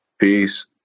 Peace